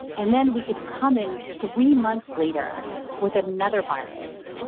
and then we could come in three months later with another virus,